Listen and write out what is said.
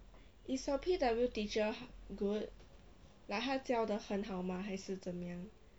is your P_W teacher good like 他教得很好吗还是怎么样